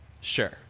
Sure